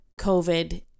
COVID